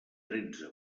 tretze